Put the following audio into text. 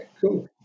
cool